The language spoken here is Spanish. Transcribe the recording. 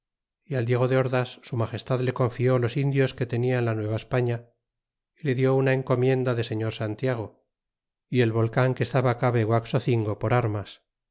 y al diego de ordas su magestad le confirmó los indios que tenia en la nueva españa y le dió una encomienda de señor santiago y el volean que estaba cabe guaxocingo por armas